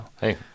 Hey